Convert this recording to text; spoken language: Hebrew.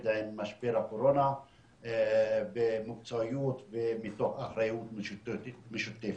עם משבר הקורונה במקצועיות ומתוך אחריות משותפת.